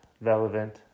relevant